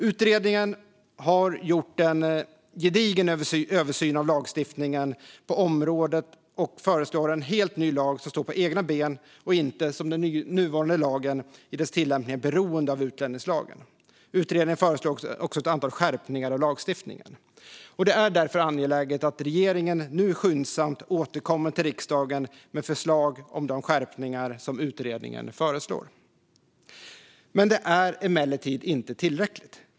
Utredningen har gjort en gedigen översyn av lagstiftningen på området och föreslår en helt ny lag som står på egna ben och inte, som den nuvarande lagen i dess tillämpning, är beroende av utlänningslagen. Utredningen föreslår också ett antal skärpningar av lagstiftningen. Det är därför angeläget att regeringen nu skyndsamt återkommer till riksdagen med förslag om de skärpningar som utredningen föreslår. Det är emellertid inte tillräckligt.